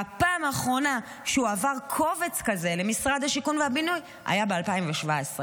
והפעם האחרונה שהועבר קובץ כזה למשרד השיכון והבינוי הייתה ב-2017,